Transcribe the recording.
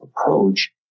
approach